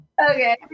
Okay